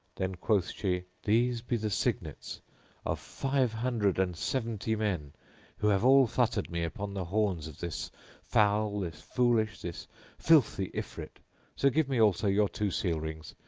then quoth she these be the signets of five hundred and seventy men who have all futtered me upon the horns of this foul, this foolish, this filthy ifrit so give me also your two seal rings,